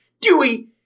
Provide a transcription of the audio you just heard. Dewey